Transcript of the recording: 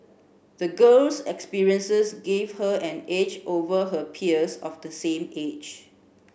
the girl's experiences gave her an edge over her peers of the same age